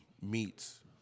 meets